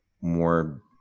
more